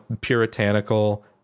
puritanical